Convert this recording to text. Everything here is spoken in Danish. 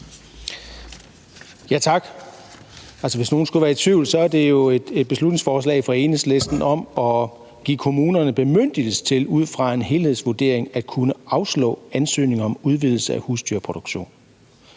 Tak. Hvis nogen skulle være i tvivl, er det jo et beslutningsforslag fra Enhedslisten om at give kommunerne bemyndigelse til ud fra en helhedsvurdering at kunne afslå ansøgninger om udvidelse af husdyrproduktion.